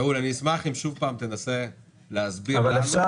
שאול, אני אשמח אם שוב פעם תנסה להסביר לנו.